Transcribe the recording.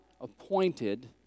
appointed